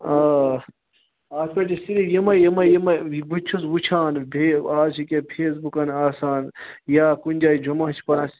آ اَتھ پٮ۪ٹھ چھِ صرف یِمٕے یِمٕے یِماے بہٕ تہِ چھُس وٕچھان بیٚیہِ آز چھُ ییٚکیاہ فیس بُکَن آسان یا کُنہِ جایہِ جُمعہ چھِ پَران